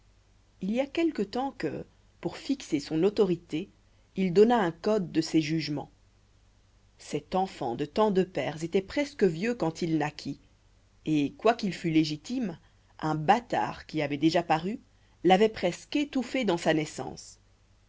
il y a quelque temps que pour fixer son autorité il donna un code de ses jugements cet enfant de tant de pères étoit presque vieux quand il naquit et quoiqu'il fût légitime un bâtard qui avoit déjà paru l'avoit presque étouffé dans sa naissance